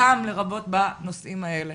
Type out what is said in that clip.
לרבות בנושאים האלה.